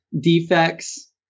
defects